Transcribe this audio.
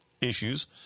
issues